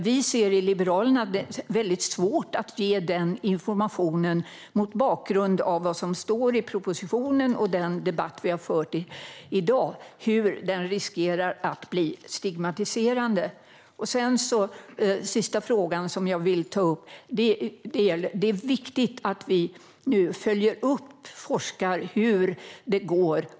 Vi i Liberalerna ser det som väldigt svårt att ge den informationen mot bakgrund av vad som står i propositionen och den debatt vi har fört i dag. Den riskerar att bli stigmatiserande. Den sista fråga jag vill ta upp är att det är viktigt att vi nu forskar och följer upp hur det går.